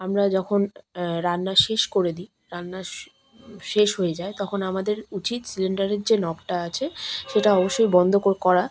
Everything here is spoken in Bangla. আমরা যখন রান্না শেষ করে দিই রান্না শেষ হয়ে যায় তখন আমাদের উচিত সিলিন্ডারের যে নবটা আছে সেটা অবশ্যই বন্ধ করা